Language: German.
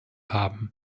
haben